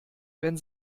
wenn